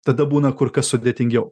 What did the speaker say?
tada būna kur kas sudėtingiau